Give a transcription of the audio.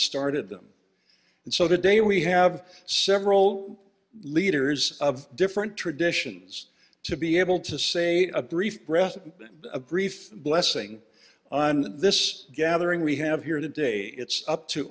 started them and so today we have several leaders of different traditions to be able to say a brief respite a brief blessing on this gathering we have here today it's up to